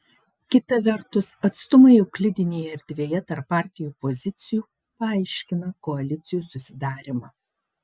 kita vertus atstumai euklidinėje erdvėje tarp partijų pozicijų paaiškina koalicijų susidarymą